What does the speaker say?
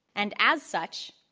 and as such,